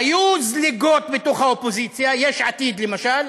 היו זליגות מהאופוזיציה, יש עתיד, למשל.